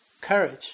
courage